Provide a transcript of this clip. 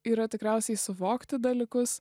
yra tikriausiai suvokti dalykus